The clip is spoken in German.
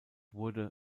wurde